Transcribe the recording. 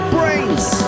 Brains